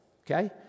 okay